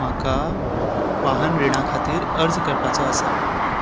म्हाका वाहन रिणा खातीर अर्ज करपाचो आसा